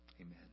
Amen